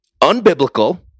unbiblical